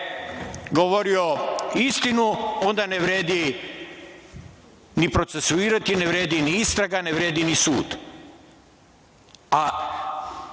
govorio istinu onda ne vredi ni procesuirati, ne vredi ni istraga, ne vredi ni sud.